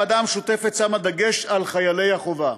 הוועדה המשותפת שמה דגש על חיילי החובה.